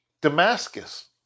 Damascus